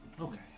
okay